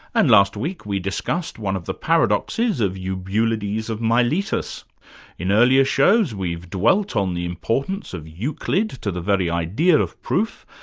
and last week we discussed one of the paradoxes of eubulides of miletus. in earlier shows, we've dwelt on the importance of euclid to the very idea of proof,